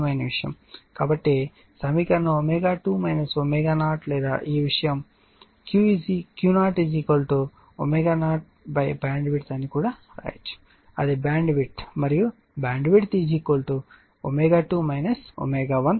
కాబట్టి అంటే ఈ సమీకరణాన్ని ω2 ω0 లేదా ఈ విషయం Q0 ω0BW అని కూడా వ్రాయవచ్చు అది బ్యాండ్విడ్త్ మరియు BW ω2 ω1 అవుతుంది